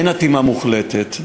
אין אטימה מוחלטת.